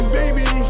baby